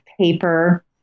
paper